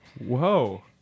Whoa